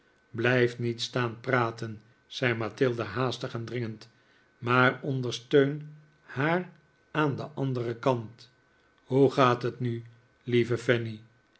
blijf niet staan praten zei mathilda haastig en dringend maar ondersteun haar aan den anderen kant hoe gaat het nu lieve